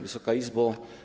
Wysoka Izbo!